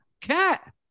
Cat